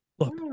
Look